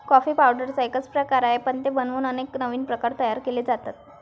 coffee पावडरचा एकच प्रकार आहे, पण ते बनवून अनेक नवीन प्रकार तयार केले जातात